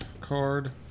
card